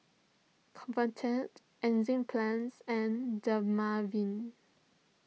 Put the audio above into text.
Convatec Enzyplex and Dermaveen